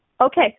Okay